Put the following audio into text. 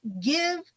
give